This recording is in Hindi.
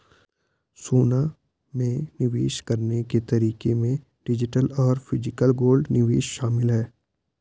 सोना में निवेश करने के तरीके में डिजिटल और फिजिकल गोल्ड निवेश शामिल है